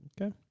Okay